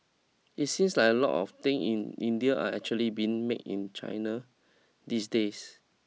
it seems like a lot of things in India are actually being made in China these days